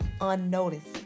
unnoticed